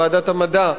ועדת המדע,